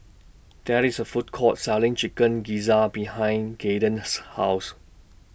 There IS A Food Court Selling Chicken Gizzard behind Caiden's House